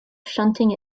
shunting